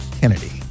Kennedy